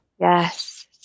Yes